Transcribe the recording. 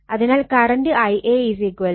അതിനാൽ current Ia Van ZY